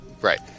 right